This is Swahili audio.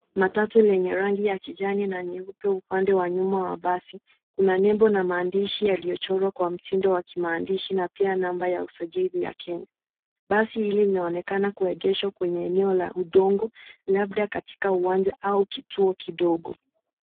Matatu lenye rangi ya kijani na nyeupe, upande wa nyuma wa basi una nembo ya maandishi yaliyochorwa kwa mtindo wa kimaandishi na pia namba ya usajili ya Kenya. Basi hili linaonekana kuegeshwa kwenye eneo la udongo labda katika uwanja au kituo kidogo.